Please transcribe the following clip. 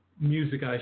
music